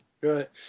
right